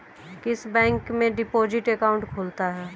किस बैंक में deposit account खुलता है?